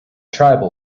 tribal